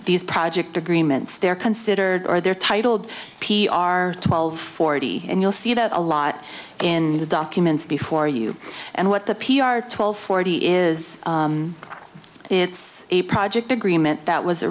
these project agreements they're considered or they're titled p r twelve forty and you'll see that a lot in the documents before you and what the p r twelve forty is it's a project agreement that was